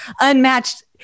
unmatched